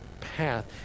path